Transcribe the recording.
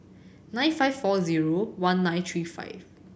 nine five four zero one nine three five